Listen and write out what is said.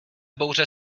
bouře